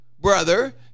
Brother